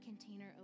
container